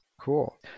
Cool